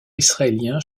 israélien